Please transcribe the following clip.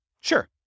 Sure